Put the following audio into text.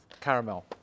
caramel